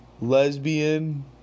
lesbian